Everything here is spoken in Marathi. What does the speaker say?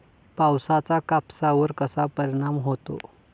पावसाचा कापसावर कसा परिणाम होतो?